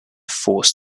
forced